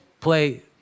play